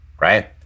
right